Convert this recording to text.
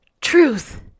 truth